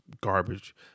Garbage